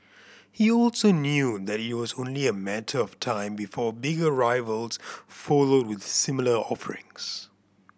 he also knew that it was only a matter of time before bigger rivals followed with similar offerings